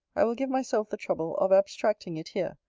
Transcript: i will give myself the trouble of abstracting it here,